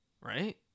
Right